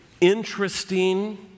interesting